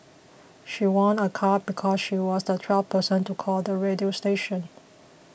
she won a car because she was the twelfth person to call the radio station